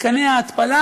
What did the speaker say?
מתקני ההתפלה,